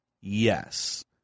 Yes